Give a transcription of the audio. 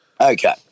Okay